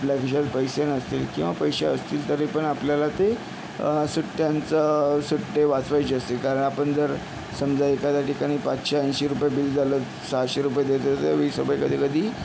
आपल्या खिशात पैसे नसतील किंवा पैसे असतील तरी पण आपल्याला ते सुट्ट्यांचं सुट्टे वाचवायचे असतील कारण आपण जर समजा एखाद्या ठिकाणी पाचशे ऐंशी रुपये बिल झालं सहाशे रुपये दिले तर वीस रुपये कधी कधी